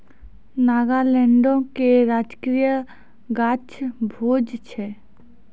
नागालैंडो के राजकीय गाछ भोज छै